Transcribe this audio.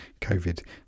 covid